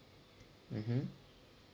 mmhmm